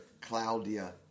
Claudia